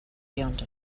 beyond